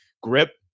grip